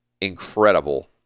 incredible